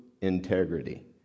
integrity